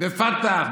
בפתח,